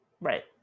Right